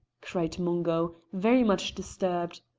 cried mungo, very much disturbed.